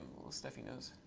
little sniffy nose.